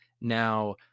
Now